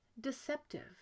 deceptive